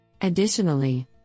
Additionally